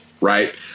Right